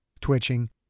twitching